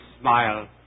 smile